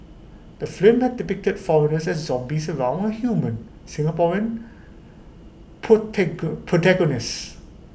the film had depicted foreigners as zombies around our human Singaporean protagonist